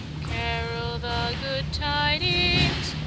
carol the good tidings,